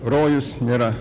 rojus nėra